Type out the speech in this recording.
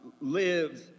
lives